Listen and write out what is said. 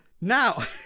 now